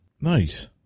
Nice